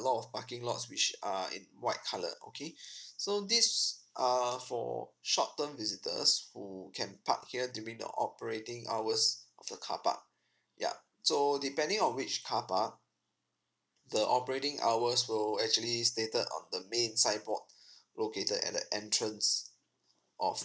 a lot of parking lots which are in white colour okay so this are for short term visitors who can park here during the operating hours of the car park yup so depending on which car park the operating hours will actually stated on the main signboard located at the entrance of